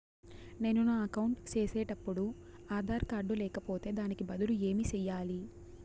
నేను నా అకౌంట్ సేసేటప్పుడు ఆధార్ కార్డు లేకపోతే దానికి బదులు ఏమి సెయ్యాలి?